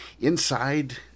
Inside